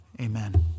Amen